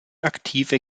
aktive